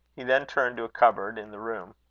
he then turned to a cupboard in the room.